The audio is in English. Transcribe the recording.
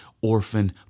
orphan